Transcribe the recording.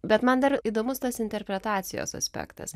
bet man dar įdomus tas interpretacijos aspektas